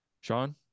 Sean